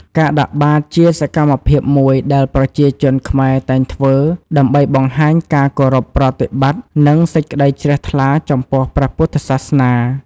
ការដាក់បាត ជាសម្មភាពមួយដែលប្រជាជនខ្មែរតែងធ្វើ ដើម្បីបង្ហាញការគោរពប្រតិបត្តិ និងសេចក្តីជ្រះថ្លាចំពោះព្រះពុទ្ធសាសនា។